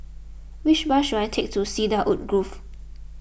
which bus should I take to Cedarwood Grove